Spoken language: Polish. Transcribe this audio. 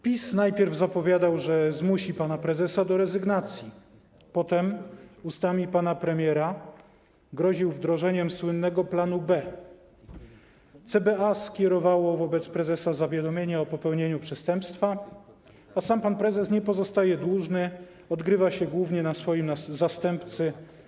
PiS najpierw zapowiadał, że zmusi pana prezesa do rezygnacji, potem ustami pana premiera groził wdrożeniem słynnego planu B. CBA skierowało wobec prezesa zawiadomienie o popełnieniu przestępstwa, a sam pan prezes nie pozostaje dłużny, odgrywa się głównie na swoim zastępcy